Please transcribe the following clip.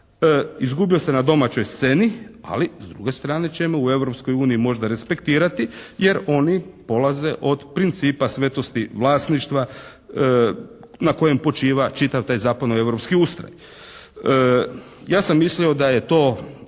Izgubio sam na domaćoj sceni ali s druge strane ćemo u Europskoj uniji možda respektirati jer oni polaze od principa svetosti vlasništva na kojem počiva čitav taj zapadnoeuropski ustroj. Ja sam mislio da je to